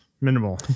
minimal